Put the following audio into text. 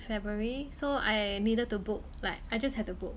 february so I needed to book like I just have to book